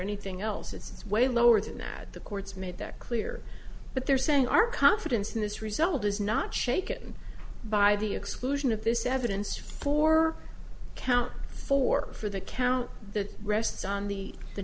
anything else it's way lower than that the courts made that clear but they're saying our confidence in this result is not shaken by the exclusion of this evidence for count four for the count that rests on the the